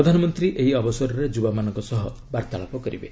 ପ୍ରଧାନମନ୍ତ୍ରୀ ଏହି ଅବସରରେ ଯୁବାମାନଙ୍କ ସହ ବାର୍ତ୍ତାଳାପ କରିବେ